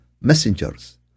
messengers